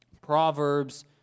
Proverbs